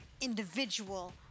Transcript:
individual